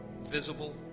visible